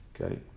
Okay